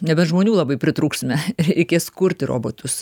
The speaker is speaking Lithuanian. nebent žmonių labai pritrūksime reikės kurti robotus